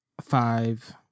five